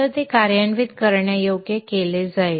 तर ते कार्यान्वित करण्यायोग्य केले जाईल